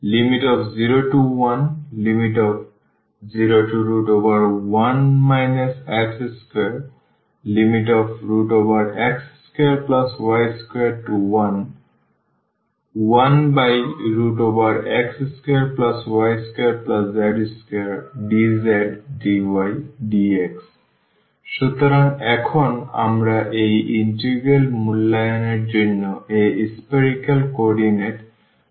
0101 x2x2y211x2y2z2dzdydx সুতরাং এখন আমরা এই ইন্টিগ্রাল মূল্যায়নের জন্য এই spherical কোঅর্ডিনেট পরিবর্তন করব